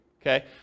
okay